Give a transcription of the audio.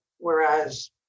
Whereas